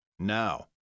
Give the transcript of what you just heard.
now